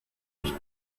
mich